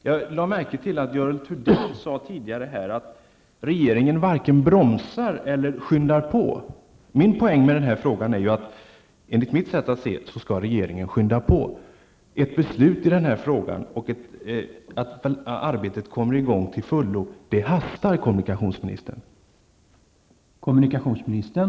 Jag lade märke till att Görel Thurdin tidigare sade att regeringen varken bromsar eller skyndar på. Poängen med min fråga var att regeringen enligt mitt sätt att se skall skynda på. Ett beslut i detta ärende om att arbetet skall komma i gång till fullo hastar, kommunikationsministern!